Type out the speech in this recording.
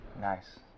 nice